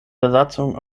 besatzung